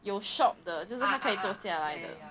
有 shop 的就是他可以可以坐下来的